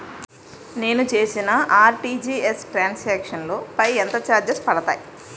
నేను చేసిన RTGS transaction లో పై ఎంత చార్జెస్ పడతాయి?